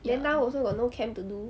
then now also got no camp to do